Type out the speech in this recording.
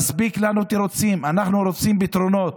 מספיק לנו תירוצים, אנחנו רוצים פתרונות,